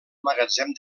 magatzem